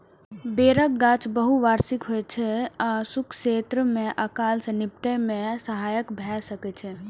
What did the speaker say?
बेरक गाछ बहुवार्षिक होइ छै आ शुष्क क्षेत्र मे अकाल सं निपटै मे सहायक भए सकै छै